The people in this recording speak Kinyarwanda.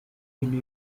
ibintu